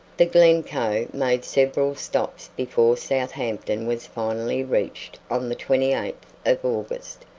the glencoe made several stops before southampton was finally reached on the twenty eighth of august,